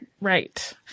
Right